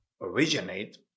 originate